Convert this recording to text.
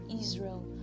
israel